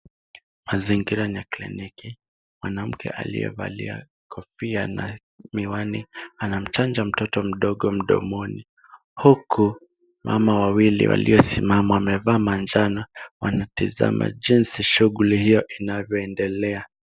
Mazingira ni ya kliniki. Mwanamke aliyevalia kofia na miwani, anamchanja mtoto mdogo mdomoni, huku mama wawili waliosimama wamevaa manjano wanatizama jinsi shughuli hiyo inavyoendelea.